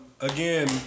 Again